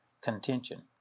contention